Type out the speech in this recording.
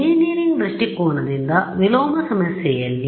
engineering ದೃಷ್ಟಿಕೋನದಿಂದ ವಿಲೋಮ ಸಮಸ್ಯೆಯಲ್ಲಿ